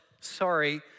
sorry